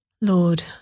Lord